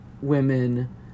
women